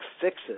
fixes